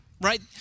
right